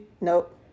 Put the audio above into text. Nope